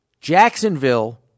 Jacksonville